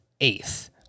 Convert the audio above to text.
eighth